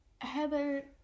Heather